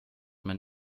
man